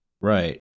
Right